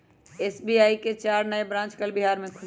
SBI के चार नए ब्रांच कल बिहार में खुलय